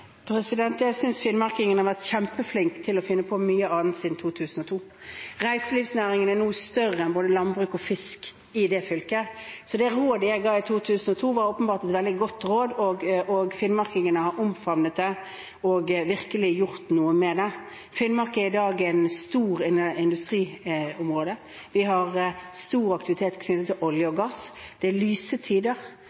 Jeg synes finnmarkingene har vært kjempeflinke til å finne på mye annet siden 2002. Reiselivsnæringen er nå større enn både landbruk og fisk i det fylket, så det rådet jeg ga i 2002, var åpenbart et veldig godt råd, og finnmarkingene har omfavnet det og virkelig gjort noe med det. Finnmark er i dag et stort industriområde, det er stor aktivitet knyttet til olje